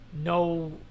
no